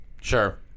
sure